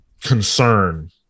concern